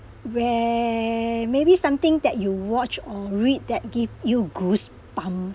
where maybe something that you watch or read that give you goose bumps